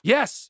Yes